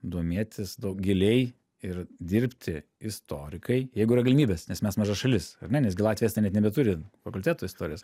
domėtis daug giliai ir dirbti istorikai jeigu yra galimybės nes mes maža šalis ar ne nes gi latvija estija net nebeturi fakultetų istorijos